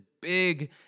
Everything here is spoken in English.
big